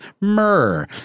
myrrh